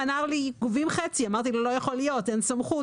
אמרו לי שגובים חצי ואמרתי שלא יכול להיות כי אין סמכות.